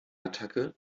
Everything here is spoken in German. attacke